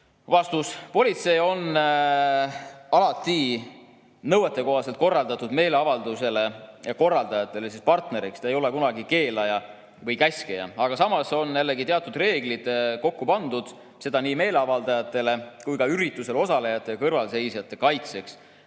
Vastus. Politsei on alati nõuetekohaselt korraldatud meeleavalduse korraldajatele partneriks, ta ei ole kunagi keelaja või käskija. Aga samas on teatud reeglid kokku pandud, seda nii meeleavaldajatele kui ka üritusel osalejate ja kõrvalseisjate kaitseks.